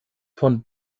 von